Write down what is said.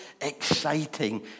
exciting